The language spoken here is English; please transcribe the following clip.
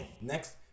Next